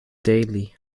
daily